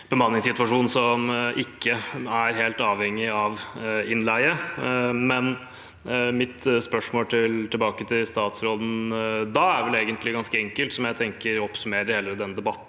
bemanningssituasjon som ikke er helt avhengig av innleie. Mitt spørsmål tilbake til statsråden da er vel egentlig ganske enkelt, og jeg tenker at det oppsummerer hele denne debatten.